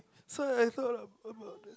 so I thought ab~ about that